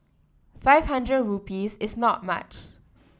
five hundred rupees is not much